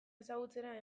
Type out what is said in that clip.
ezagutzera